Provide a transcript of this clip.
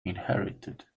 inherited